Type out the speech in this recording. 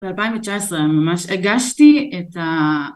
ב 2019 ממש הגשתי את